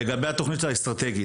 לגבי התכנית האסטרטגית.